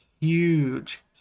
huge